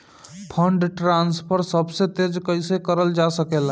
Fund transfer सबसे तेज कइसे करल जा सकेला?